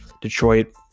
Detroit